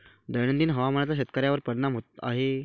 दैनंदिन हवामानाचा शेतकऱ्यांवर परिणाम होत आहे